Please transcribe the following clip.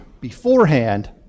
beforehand